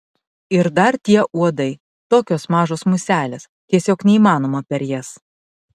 ir dar tie uodai tokios mažos muselės tiesiog neįmanoma per jas